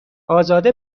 ازاده